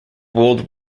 world